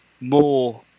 more –